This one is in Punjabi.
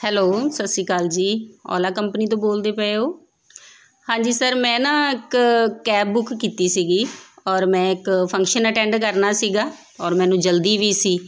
ਹੈਲੋ ਸਤਿ ਸ਼੍ਰੀ ਅਕਾਲ ਜੀ ਓਲਾ ਕੰਪਨੀ ਤੋਂ ਬੋਲਦੇ ਪਏ ਹੋ ਹਾਂਜੀ ਸਰ ਮੈਂ ਨਾ ਇੱਕ ਕੈਬ ਬੁੱਕ ਕੀਤੀ ਸੀਗੀ ਔਰ ਮੈਂ ਇੱਕ ਫੰਕਸ਼ਨ ਅਟੈਂਡ ਕਰਨਾ ਸੀਗਾ ਔਰ ਮੈਨੂੰ ਜਲਦੀ ਵੀ ਸੀ